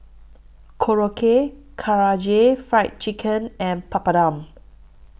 Korokke Karaage Fried Chicken and Papadum